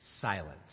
silence